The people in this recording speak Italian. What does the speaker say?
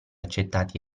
accettati